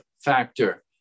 factor